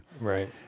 Right